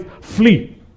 flee